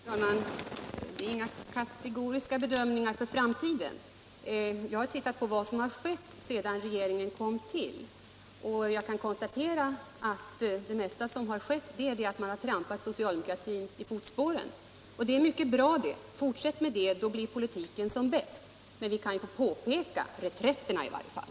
Herr talman! Jag gör inga kategoriska bedömningar för framtiden. Jag har tittat på vad som skett sedan regeringen tillträdde, och jag kan konstatera att det mesta som skett är att man trampat socialdemokratin i fotspåren. Det är mycket bra. Fortsätt med det, då blir politiken som bäst. Men vi kan väl i varje fall få påpeka reträtterna.